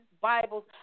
Bibles